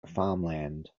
farmland